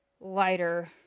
lighter